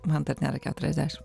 man dar nėra keturiasdešim